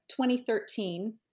2013